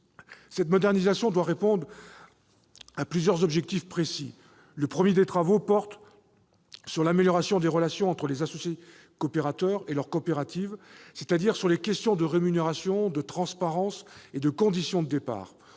Cette modernisation doit répondre à plusieurs objectifs précis. Le premier des travaux à accomplir, c'est l'amélioration des relations entre les associés coopérateurs et leurs coopératives, c'est-à-dire sur les questions de rémunération, de transparence et de conditions de départ.